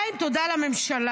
מה עם תודה לממשלה?